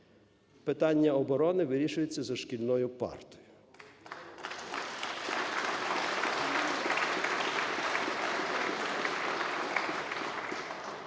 питання оборони вирішується за шкільною партою".